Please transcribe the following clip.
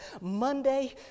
Monday